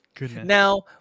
Now